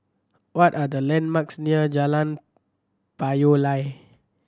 what are the landmarks near Jalan Payoh Lai